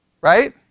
right